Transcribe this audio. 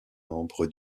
membre